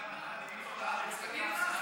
מי אמר?